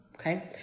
okay